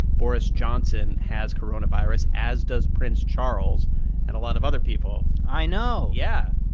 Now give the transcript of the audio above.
boris johnson, has coronavirus, as does prince charles and a lot of other people i know yeah.